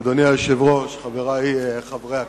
אדוני היושב-ראש, חברי חברי הכנסת,